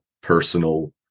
personal